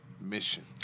mission